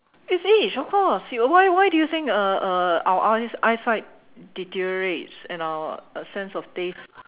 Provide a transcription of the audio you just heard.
it's age of course why why do you think uh uh our our eyes eyesight deteriorate and our sense of taste